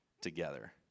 together